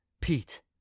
Pete